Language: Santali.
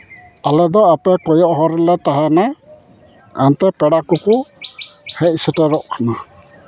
ᱟᱞᱮᱫᱚ ᱟᱯᱮ ᱠᱚᱭᱚᱜ ᱦᱚᱨ ᱨᱮᱞᱮ ᱛᱟᱦᱮᱱᱟ ᱦᱟᱱᱛᱮ ᱯᱮᱲᱟ ᱠᱚᱠᱚ ᱦᱮᱡ ᱥᱮᱴᱮᱨᱚᱜ ᱠᱟᱱᱟ